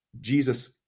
Jesus